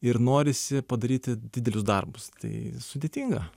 ir norisi padaryti didelius darbus tai sudėtinga